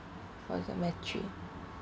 for this matri~